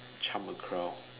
charm a crag